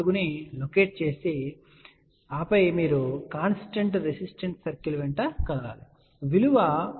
4 ను లొకేట్ చేసి ఆపై మీరు కాన్స్టెంట్ రెసిస్టెన్స్ సర్కిల్ వెంట కదులుతారు మరియు విలువ j 0